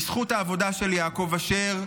בזכות העבודה של יעקב אשר,